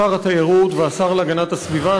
שר התיירות והשר להגנת הסביבה,